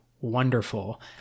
wonderful